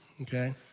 Okay